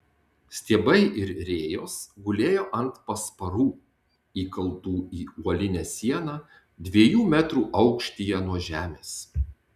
stiebai ir rėjos gulėjo ant pasparų įkaltų į uolinę sieną dviejų metrų aukštyje nuo žemės